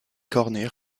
cornet